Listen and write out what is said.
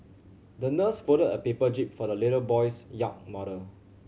the nurse folded a paper jib for the little boy's yacht model